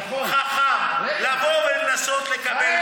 חכם, לבוא ולנסות לקבל משהו.